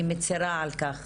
אני מצרה על כך